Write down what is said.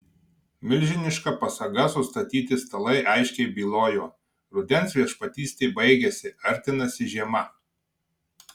milžiniška pasaga sustatyti stalai aiškiai bylojo rudens viešpatystė baigiasi artinasi žiema